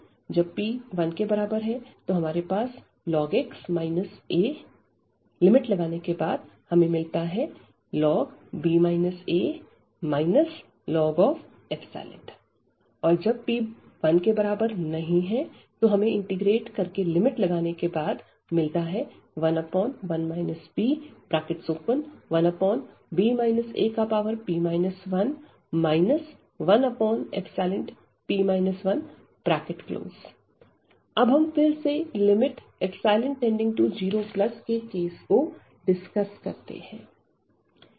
जब p 1 है तो हमारे पास ln x a लिमिट लगाने के बाद हमें मिलता है ln b a ln और जब p≠1 इंटीग्रेट कर के लिमिट लगाने के बाद हमें मिलता है 11 p1b ap 1 1p 1 अब हम फिर से ϵ→0 के केस को डिस्कस करते हैं